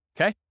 Okay